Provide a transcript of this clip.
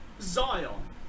Zion